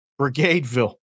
Brigadeville